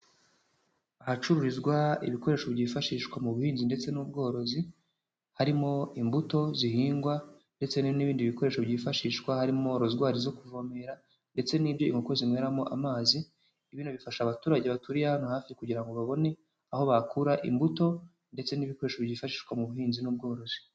Ahacururizwa ibikoresho byifashishwa mu buhinzi ndetse n'ubworozi, harimo imbuto zihingwa ndetse n'ibindi bikoresho byifashishwa harimo rozwari zo kuvomerera, ndetse n'ibyo inkoko zinyweramo amazi. Bino bifasha abaturage baturiye hano hafi kugira ngo babone aho bakura imbuto ndetse n'ibikoresho byifashishwa mu buhinzi n'ubworozi.